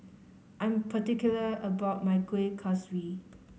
I am particular about my Kueh Kaswi